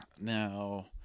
Now